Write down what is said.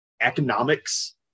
economics